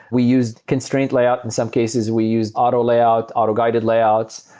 we used constraint layout in some cases. we used auto layout, auto guided layouts.